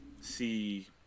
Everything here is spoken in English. see